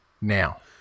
now